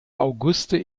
auguste